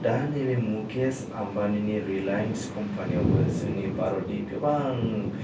दा नैबे मुकेश आम्बानीनि रिलायेन्स कम्पानीयावबो जोंनि भारतनि गोबां